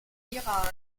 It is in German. iran